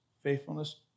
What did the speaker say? faithfulness